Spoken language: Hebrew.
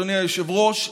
אדוני היושב-ראש,